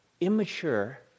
immature